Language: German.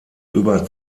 über